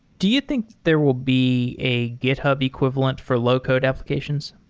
do you think there will be a github equivalent for low-code applications?